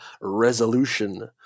Resolution